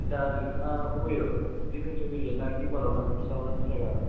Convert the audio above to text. दा नोंथाङा बबे डिफेन्साव गेलेयोना किफारावना हाफ्सआवना स्ट्रायखाराव